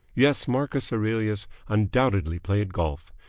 yes, marcus aurelius undoubtedly played golf,